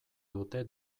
dute